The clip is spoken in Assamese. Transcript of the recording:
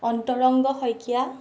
অন্তৰংগ শইকীয়া